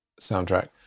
soundtrack